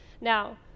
Now